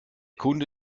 kunde